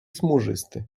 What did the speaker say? smużysty